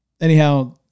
anyhow